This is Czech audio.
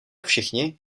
všichni